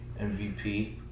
MVP